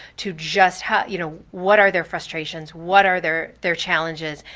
to just, ah you know, what are their frustrations, what are their their challenges,